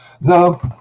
No